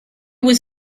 was